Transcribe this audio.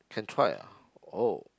can try ah oh